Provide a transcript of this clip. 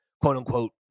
quote-unquote